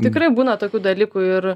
tikrai būna tokių dalykų ir